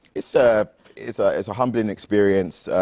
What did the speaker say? it's ah it's a it's a humbling experience.